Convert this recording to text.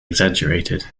exaggerated